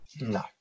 no